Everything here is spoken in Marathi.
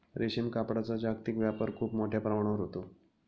रेशीम कापडाचा जागतिक व्यापार खूप मोठ्या प्रमाणावर होतो